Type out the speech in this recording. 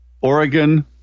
Oregon